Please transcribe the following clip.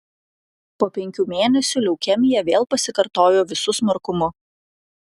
po penkių mėnesių leukemija vėl pasikartojo visu smarkumu